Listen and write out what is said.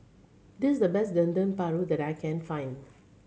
this the best Dendeng Paru that I can find